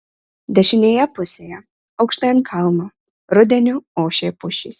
dešinėje pusėje aukštai ant kalno rudeniu ošė pušys